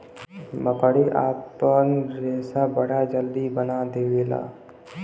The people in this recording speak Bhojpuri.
मकड़ी आपन रेशा बड़ा जल्दी बना देवला